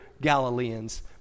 Galileans